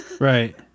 Right